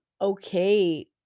okay